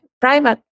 private